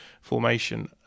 formation